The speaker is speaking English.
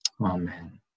Amen